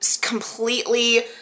completely